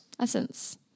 Essence